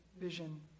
vision